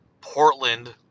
Portland